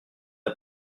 n’a